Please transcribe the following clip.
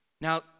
Now